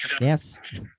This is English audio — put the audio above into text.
yes